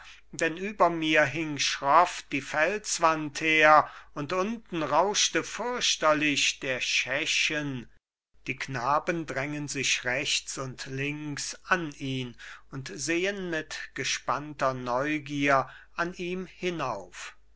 denn über mir hing schroff die felswand her und unten rauschte fürchterlich der schächen die knaben drängen sich rechts und links an ihn und sehen mit gespannter neugier an ihm hinauf